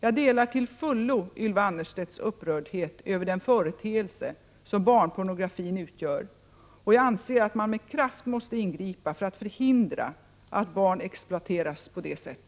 Jag delar till fullo Ylva Annerstedts upprördhet över den företeelse som barnpornografin utgör och jag anser att man med kraft måste ingripa för att förhindra att barn exploateras på detta sätt.